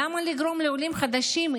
למה לגרום לעולים חדשים,